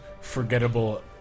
forgettable